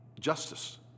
justice